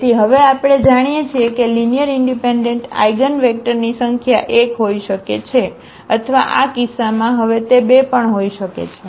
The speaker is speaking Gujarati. તેથી હવે આપણે જાણીએ છીએ કે લીનીઅરઇનડિપેન્ડન્ટ આઇગનવેક્ટરની સંખ્યા 1 હોઈ શકે છે અથવા આ કિસ્સામાં હવે તે 2 પણ હોઈ શકે છે